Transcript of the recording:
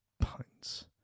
pints